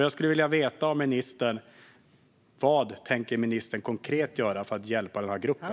Jag skulle vilja veta av ministern: Vad tänker ministern konkret göra för att hjälpa den här gruppen?